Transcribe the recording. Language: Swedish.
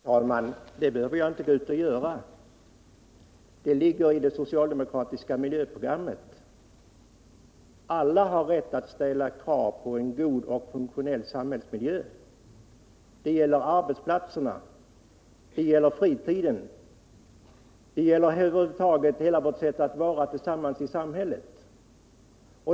Herr talman! Det behöver jag inte gå ut och göra — det ligger i det socialdemokratiska miljöprogrammet. Alla har rätt att ställa krav på en god och funktionell samhällsmiljö. Det gäller arbetsplatserna, det gäller fritiden och det gäller över huvud taget hela vårt samhälle.